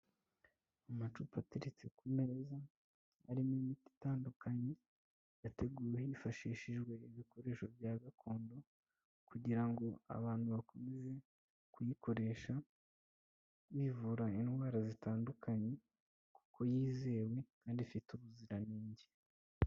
Amacupa ateretse ku meza, arimo imiti itandukanye, yateguwe hifashishijwe ibikoresho bya gakondo kugira ngo abantu bakomeze kuyikoresha bivura indwara zitandukanye, kuko yizewe kandi ifite ubuziranenge.